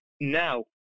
Now